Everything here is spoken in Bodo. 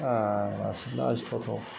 जारलासो लाजिथावथाव